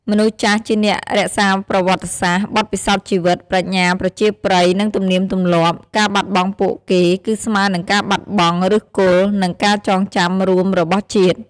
មនុស្សចាស់ ជាអ្នករក្សាប្រវត្តិសាស្ត្រ បទពិសោធន៍ជីវិត ប្រាជ្ញាប្រជាប្រិយ និងទំនៀមទម្លាប់ ការបាត់បង់ពួកគេគឺស្មើនឹងការបាត់បង់ឫសគល់ និងការចងចាំរួមរបស់ជាតិ។